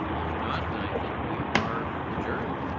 if not then i think we are adjourned.